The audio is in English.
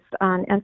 on